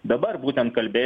dabar būtent kalbėsim